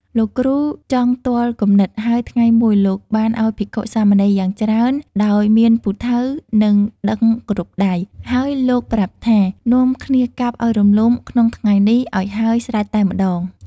លោកគ្រូចង់ទាល់គំនិត ហើយថ្ងៃមួយ លោកបានឲ្យភិក្ខុ-សាមណេរយ៉ាងច្រើន ដោយមានពូថៅ និងដឹងគ្រប់ដៃ ហើយលោកប្រាប់ថា នាំគ្នាកាប់ឲ្យរលំក្នុងថ្ងៃនេះឲ្យហើយស្រេចតែម្តង ។